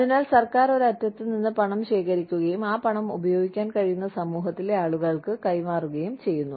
അതിനാൽ സർക്കാർ ഒരു അറ്റത്ത് നിന്ന് പണം ശേഖരിക്കുകയും ആ പണം ഉപയോഗിക്കാൻ കഴിയുന്ന സമൂഹത്തിലെ ആളുകൾക്ക് കൈമാറുകയും ചെയ്യുന്നു